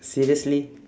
seriously